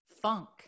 funk